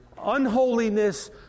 Unholiness